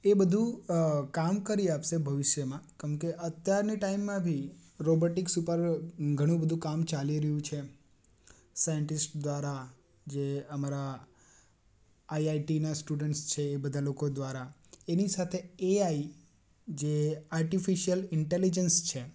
એ બધું કામ કરી આપશે ભવિષ્યમાં કમ કે અત્યારની ટાઈમમાં ભી રોબોટિક્સ ઉપર ઘણું બધું કામ ચાલી રહ્યું છે એમ સાઈન્ટિસ્ટ દ્વારા જે અમારા આઈઆઈટીના સ્ટુડન્ટ્સ છે એ બધા લોકો દ્વારા એની સાથે એઆઈ જે આર્ટિફિસિયલ ઈન્ટેલિજન્સ છે